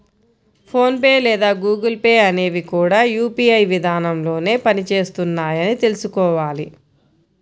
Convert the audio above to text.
phone pay లేదా Google Pay అనేవి కూడా యూ.పీ.ఐ విధానంలోనే పని చేస్తున్నాయని తెల్సుకోవాలి